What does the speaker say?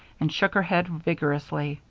and shook her head vigorously.